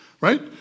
right